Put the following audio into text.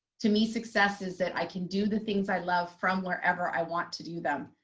to me, success is that i can do the things i love from wherever i want to do them.